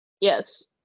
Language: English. yes